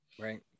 right